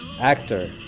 actor